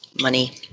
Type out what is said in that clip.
money